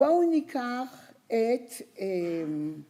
‫בואו ניקח את...